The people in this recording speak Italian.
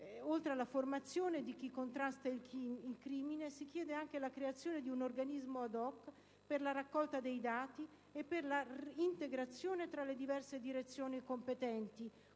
Oltre alla formazione di chi contrasta il crimine si chiede anche la creazione di un organismo *ad hoc* per la raccolta dei dati e per la integrazione tra le diverse direzioni competenti